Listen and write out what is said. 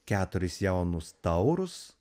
keturis jaunus taurus